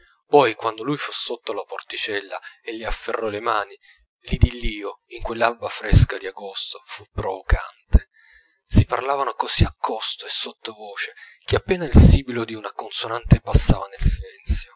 poi quando lui fu sotto alla porticella e le afferrò le mani l'idillio in quell'alba fresca di agosto fu provocante si parlavano così accosto e sotto voce che appena il sibilo di una consonante passava nel